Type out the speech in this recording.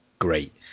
great